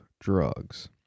drugs